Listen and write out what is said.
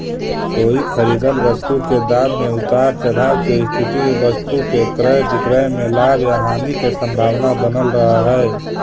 कोई खरीदल वस्तु के दाम में उतार चढ़ाव के स्थिति में वस्तु के क्रय विक्रय में लाभ या हानि के संभावना बनल रहऽ हई